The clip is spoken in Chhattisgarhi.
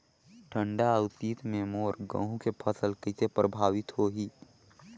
ठंडा अउ शीत मे मोर गहूं के फसल कइसे प्रभावित होही?